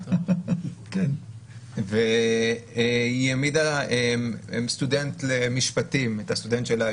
היא העמידה סטודנט למשפטים את הסטודנט שלה,